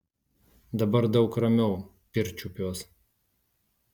dabar daug ramiau pirčiupiuos